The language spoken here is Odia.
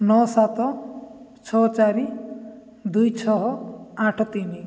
ନଅ ସାତ ଛଅ ଚାରି ଦୁଇ ଛଅ ଆଠ ତିନି